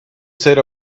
said